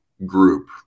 group